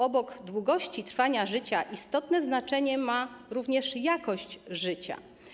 Obok długości trwania życia istotne znaczenie ma również jakość życia.